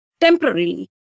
temporarily